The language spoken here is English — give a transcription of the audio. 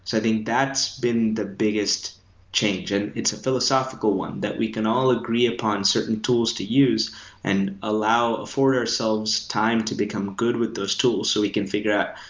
so i think that's been the biggest change, and it's a philosophical one that we can all agree upon certain tools to use and allow for ourselves time to become good with those tools so we can figure out,